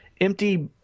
empty